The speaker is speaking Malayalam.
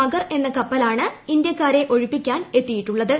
മഗർ എന്ന കപ്പലാണ് ഇന്തൃക്കാരെ ഒഴിപ്പിക്കാൻ എത്തിയിട്ടുള്ളത്